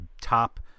top